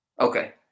Okay